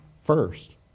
first